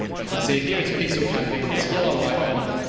you can see it here. it's pixel caffeine, this yellow icon.